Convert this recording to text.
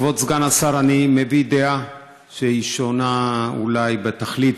כבוד סגן השר, אני מביא דעה ששונה אולי בתכלית.